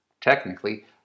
technically